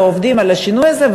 ועובדים על השינוי הזה,